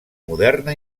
moderna